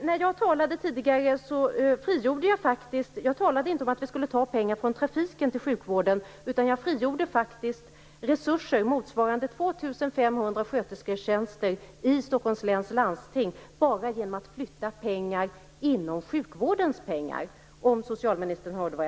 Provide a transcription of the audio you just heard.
Det jag sade tidigare var inte att vi skulle ta pengar från trafiken till sjukvården, utan jag visade hur vi skulle kunna frigöra resurser motsvarande 2 500 skötersketjänster i Stockholms läns landsting bara genom att flytta pengar inom sjukvårdens budget. Detta var vad jag sade - jag hoppas att socialministern hörde på.